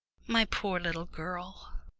my poor little girl.